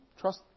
Trust